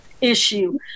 issue